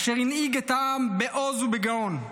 אשר הנהיג את העם בעוז ובגאון.